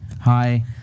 Hi